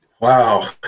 Wow